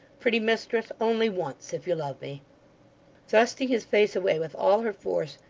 pretty mistress, only once, if you love me thrusting his face away with all her force,